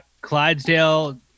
Clydesdale